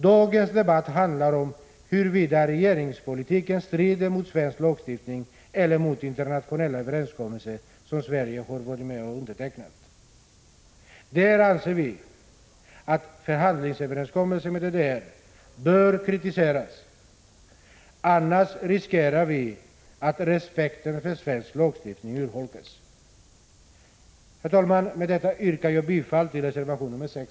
Dagens debatt handlar om huruvida regeringspolitiken strider mot svensk lagstiftning eller mot internationella överenskommelser som Sverige har undertecknat. Vi anser att förhandlingsöverenskommelsen med DDR bör kritiseras. Annars riskerar vi att respekten för svensk lagstiftning urholkas. Herr talman! Med detta yrkar jag bifall till reservation nr 6.